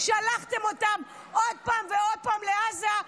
שלחתם אותם עוד פעם ועוד פעם לעזה,